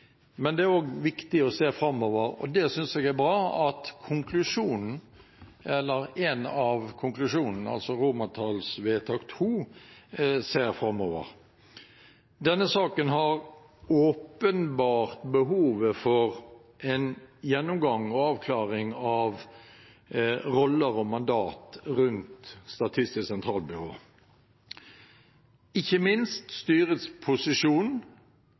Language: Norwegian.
Men det er også viktig å se framover, og jeg synes det er bra at en av konklusjonene, altså romertallsvedtak II, ser framover. Denne saken har åpenbart behov for en gjennomgang og avklaring av roller og mandater rundt Statistisk sentralbyrå, ikke minst